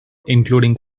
including